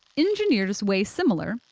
engineers weigh similar,